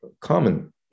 common